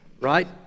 right